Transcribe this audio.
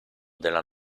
della